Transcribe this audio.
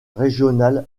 régional